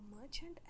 merchant